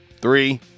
three